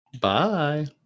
Bye